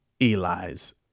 Eli's